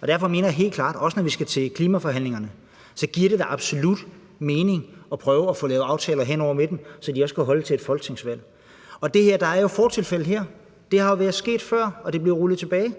Og derfor mener jeg helt klart, at det, også når vi skal til klimaforhandlingerne, absolut giver mening at prøve at få lavet aftaler hen over midten, så de også kan holde til et folketingsvalg. I forhold til det her er der jo fortilfælde. Det er jo sket før, og det blev rullet tilbage.